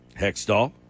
Hextall